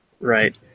right